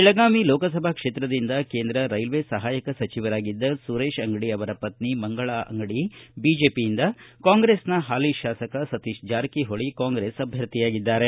ಬೆಳಗಾವಿ ಲೋಕಸಭಾ ಕ್ಷೇತ್ರದಿಂದ ಕೇಂದ್ರ ರೈಲ್ವೆ ಸಹಾಯಕ ಸಚಿವರಾಗಿದ್ದ ಸುರೇಶ್ ಅಂಗಡಿ ಅವರ ಪತ್ನಿ ಮಂಗಳಾ ಅಂಗಡಿ ಬಿಜೆಪಿಯಿಂದ ಕಾಂಗ್ರೆಸ್ನ ಹಾಲಿ ಶಾಸಕ ಸತೀಶ್ ಜಾರಕಿಹೊಳಿ ಕಾಂಗ್ರೆಸ್ ಅಭ್ಯರ್ಥಿಯಾಗಿದ್ದಾರೆ